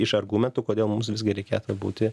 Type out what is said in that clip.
iš argumentų kodėl mums visgi reikėtų būti